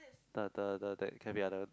the the the that cafe are the